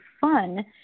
fun